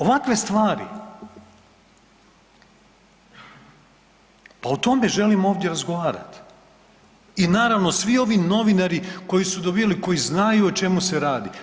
Ovakve stvari, pa o tome želimo ovdje razgovarati i naravno svi ovi novinari koji su dobijali koji znaju o čemu se radi.